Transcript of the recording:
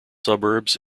suburbs